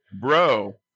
bro